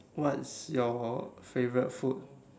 what's your favourite food